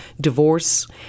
divorce